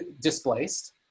displaced